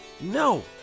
No